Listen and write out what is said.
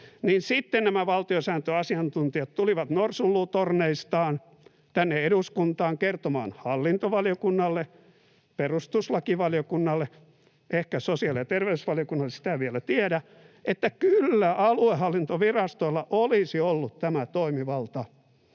sitten nämä valtiosääntöasiantuntijat tulivat norsunluutorneistaan tänne eduskuntaan kertomaan hallintovaliokunnalle, perustuslakivaliokunnalle, ehkä sosiaali- ja terveysvaliokunnalle — sitä en vielä tiedä — että kyllä aluehallintovirastolla olisi ollut tämä toimivalta.